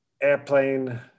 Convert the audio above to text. airplane